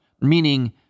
meaning